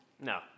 No